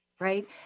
Right